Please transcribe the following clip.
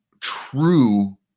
true